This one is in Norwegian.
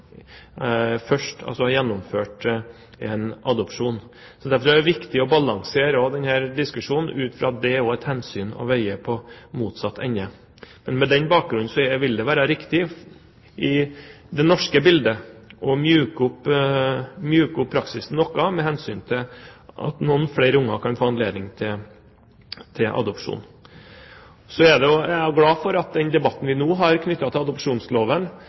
først har gjennomført en adopsjon. Derfor er det viktig å balansere denne diskusjonen ut fra at det også er et hensyn å veie på motsatt ende. På den bakgrunn vil det i det norske bildet være riktig å myke opp praksisen noe med hensyn til at noen flere barn kan få anledning til å bli adoptert. Jeg er glad for at vi i den debatten vi nå har, knyttet til adopsjonsloven,